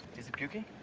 he's puking.